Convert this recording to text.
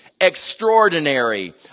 extraordinary